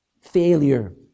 failure